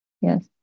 Yes